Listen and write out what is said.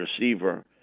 receiver